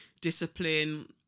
discipline